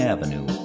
Avenue